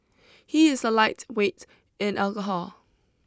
he is a lightweight in alcohol